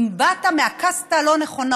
אם באת מהקאסטה הלא-נכונה,